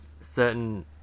certain